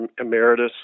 emeritus